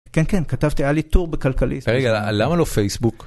כן כן כתבתי היה לי טור בכלכליסט. רגע למה לא פייסבוק?